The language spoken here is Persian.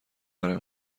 برای